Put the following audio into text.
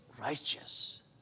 righteous